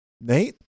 Nate